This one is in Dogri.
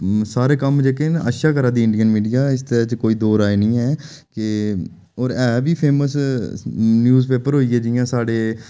सारे कम्म जेह्के न अच्छा करै दी इंडियन मीडिया इस दे बिच कोई दो राय नेईं ऐ कि होर है बी फेमस न्यूज पेपर होई गे जि'यां साढ़े